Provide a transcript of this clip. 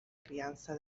crianza